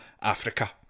Africa